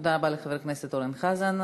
תודה רבה לחבר הכנסת אורן חזן.